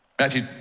Matthew